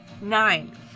Nine